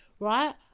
Right